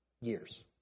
years